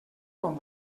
quan